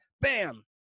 Bam